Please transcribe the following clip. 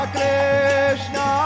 Krishna